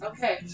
Okay